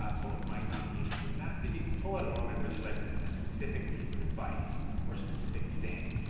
um someone might not be interested in that, but if you can pull out a moment where there's like a specific piece of advice or a specific thing,